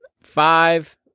Five